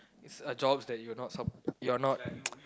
it's a jobs that you're not s~ you're not